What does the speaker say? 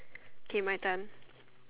okay my turn